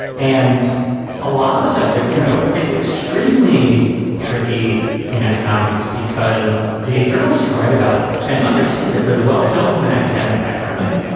and a lot of us have you know, it's extremely tricky in economics because the journalists who write about it and understand it really well don't have an academic background in it.